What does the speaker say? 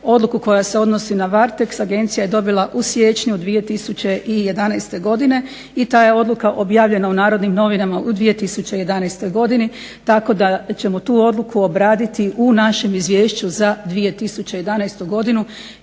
Odluku koja se odnosi na Varteks agencija je dobila u siječnju 2011. godine i ta je odluka objavljena u Narodnim novinama u 2011. godini, tako da ćemo tu odluku obraditi u našem Izvješću za 2011. godinu.